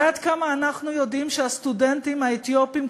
ועד כמה אנחנו יודעים שהסטודנטים האתיופים,